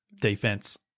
defense